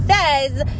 says